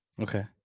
Okay